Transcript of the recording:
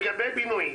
לגבי בינוי,